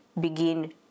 begin